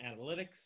analytics